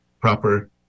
proper